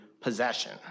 possession